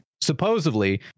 supposedly